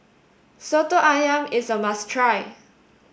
Soto Ayam is a must try